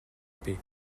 paix